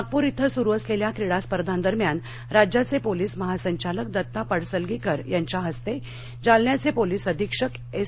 नागपूर इथं सुरू असलेल्या क्रीडा स्पर्धादरम्यान राज्याचे पोलीस महासंचालक दत्ता पडसलगीकर यांच्या हस्ते जालन्याचे पोलीस अधीक्षक एस